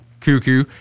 cuckoo